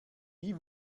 wie